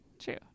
True